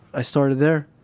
i started there.